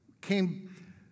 came